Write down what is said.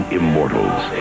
immortals